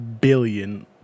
billion